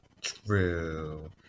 True